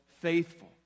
faithful